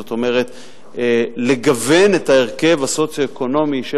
זאת אומרת לגוון את ההרכב הסוציו-אקונומי של